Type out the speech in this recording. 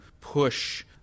push